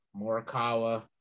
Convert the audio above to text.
Morikawa